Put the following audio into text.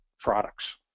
products